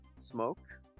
smoke